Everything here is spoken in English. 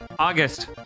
August